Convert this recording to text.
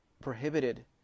prohibited